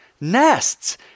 nests